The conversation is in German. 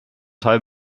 teil